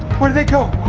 where did they go?